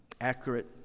accurate